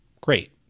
Great